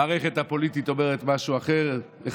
המערכת הפוליטית אומרת משהו אחד,